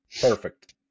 Perfect